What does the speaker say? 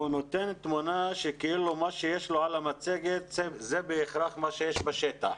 והוא נותן תמונה שכאילו מה שיש לו על המצגת זה בהכרח מה שיש בשטח.